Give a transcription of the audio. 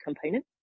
component